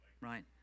right